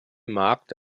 markt